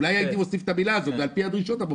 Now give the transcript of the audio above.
אולי הייתי מוסיף "ועל פי הדרישות המופיעות ...".